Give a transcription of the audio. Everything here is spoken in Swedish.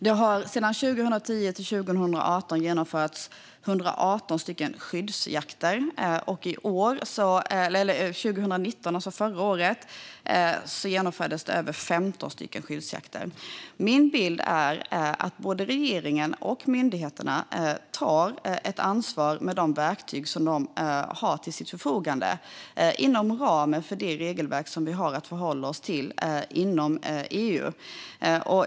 Det har 2010-2018 genomförts 118 skyddsjakter. Förra året, 2019, genomfördes det över 15 skyddsjakter. Min bild är att både regeringen och myndigheterna tar ett ansvar med de verktyg som de har till sitt förfogande inom ramen för det regelverk som vi har att förhålla oss till inom EU.